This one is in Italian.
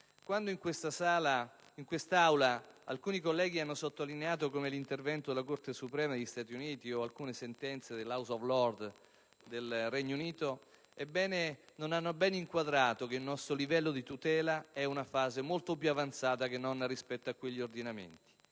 Quando in quest'Aula alcuni colleghi hanno sottolineato l'intervento della Corte Suprema degli Stati Uniti o della House of Lords del Regno Unito, non hanno bene inquadrato che il nostro livello di tutela è in una fase molto più avanzata rispetto a quegli ordinamenti.